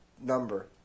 number